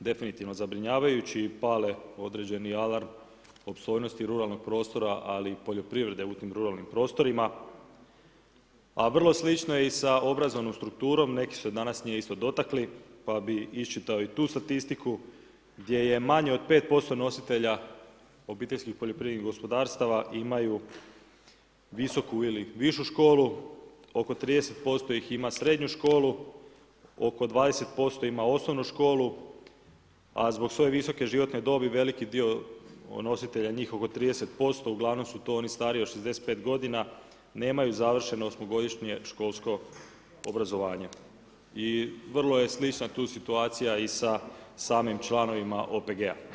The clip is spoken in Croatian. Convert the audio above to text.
definitivno zabrinjavajući i pale određeni alarm opstojnosti ruralnog prostora, ali i poljoprivrede u tim prostorima, a vrlo slično je i sa obrazovnom strukturom, neki su se danas nje isto dotakli, pa bi iščitao i tu statistiku, gdje je manje od 5% nositelja obiteljskih poljoprivrednih gospodarstava imaju visoku ili višu školu, oko 30% ih ima srednju školu, oko 20% ima osnovnu školu, a zbog svoje visoke životne dobe veliki dio nositelja, njih oko 30% uglavnom su to oni stariji od 65 godina, nemaju završeno osmogodišnje školsko obrazovanje i vrlo je slična tu situacija i sa samim članovima OPG-a.